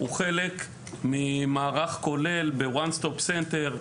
הוא חלק ממערך כולל ב-One Stop Center,